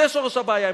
זה שורש הבעיה.